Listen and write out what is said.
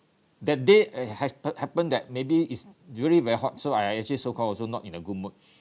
that day it happened happened that maybe it's really very hot so I actually so called also not in a good mood